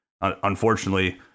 unfortunately